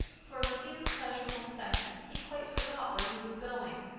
for a few pleasurable seconds he quite forgot where he was going,